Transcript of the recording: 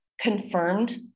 confirmed